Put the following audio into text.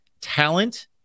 talent